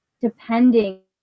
depending